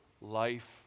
life